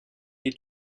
est